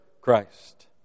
Christ